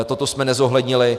Toto jsme nezohlednili.